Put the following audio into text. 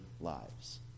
lives